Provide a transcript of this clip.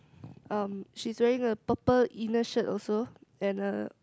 um she is wearing a purple inner shirt also and a